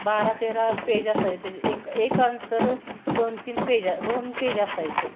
बारा तेरा पेज असायचे एक एक आन्सर दोन तीन पेजा दोन पेज असायचं